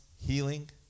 healing